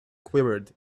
quivered